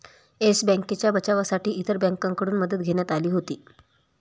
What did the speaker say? yes बँकेच्या बचावासाठी इतर बँकांकडून मदत घेण्यात आली होती